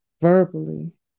verbally